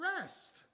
rest